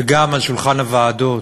וגם על שולחן הוועדות.